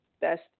best